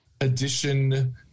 edition